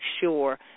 sure